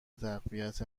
تقویت